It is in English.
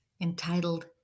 entitled